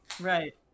Right